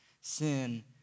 sin